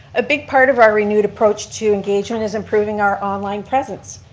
a big part of our renewed approach to engagement is improving our online presence.